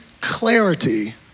clarity